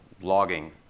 logging